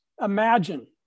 imagine